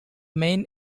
main